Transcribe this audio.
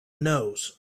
nose